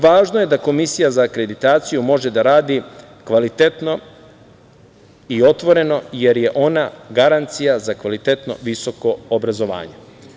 Važno je da Komisija za akreditaciju može da radi kvalitetno i otvoreno jer je ona garancija za kvalitetno visoko obrazovanje.